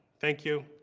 thank you!